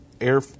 air